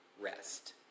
rest